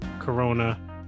corona